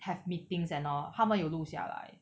have meetings and all 他们有录下来